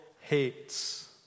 hates